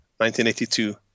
1982